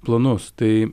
planus tai